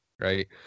right